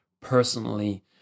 personally